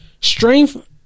strength